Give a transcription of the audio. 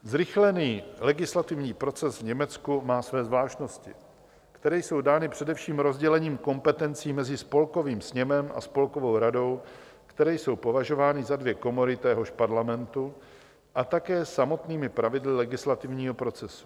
Zrychlený legislativní proces v Německu má své zvláštnosti, které jsou dány především rozdělením kompetencí mezi Spolkovým sněmem a Spolkovou radou, které jsou považovány za dvě komory téhož parlamentu, a také samotnými pravidly legislativního procesu.